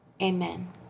Amen